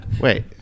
Wait